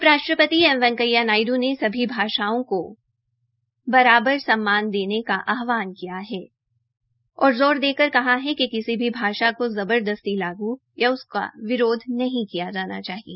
उप राष्ट्रपति एम वेकैंया नायड् ने सभी भाषाओं को बराबर सम्मान देने का आहवान किया है और ज़ोर देकर कहा है कि किसी भी भाषा की जबरदस्ती लागू या उसका विरोध नहीं किया जाना चाहिए